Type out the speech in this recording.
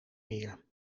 meer